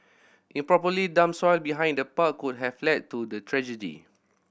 improperly dumped soil behind the park could have led to the tragedy